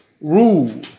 Rule